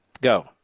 Go